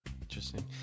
interesting